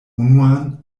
unuan